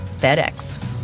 FedEx